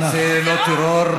זה טרור.